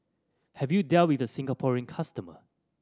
have you dealt with the Singaporean customer